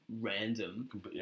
random